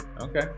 okay